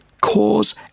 Cause